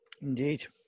Indeed